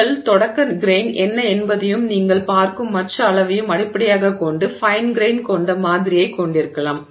உங்கள் தொடக்க கிரெய்ன் என்ன என்பதையும் நீங்கள் பார்க்கும் மற்ற அளவையும் அடிப்படையாகக் கொண்டு ஃபைன் கிரெய்ன் கொண்ட மாதிரியைக் கொண்டிருக்கலாம்